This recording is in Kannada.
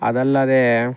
ಅದಲ್ಲದೇ